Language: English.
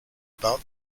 about